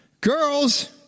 Girls